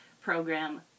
program